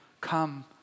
come